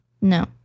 No